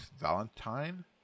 valentine